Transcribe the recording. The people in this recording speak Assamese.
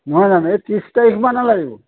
নহয় জানো এই ত্ৰিচ তাৰিখমানে নালাগিব